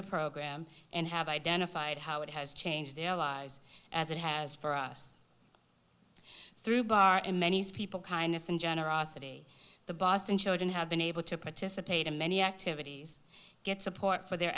the program and have identified how it has changed their lives as it has for us through bar in many ways people kindness and generosity the boston children have been able to participate in many activities get support for their